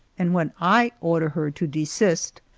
and, when i order her to desist,